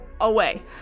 away